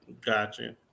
Gotcha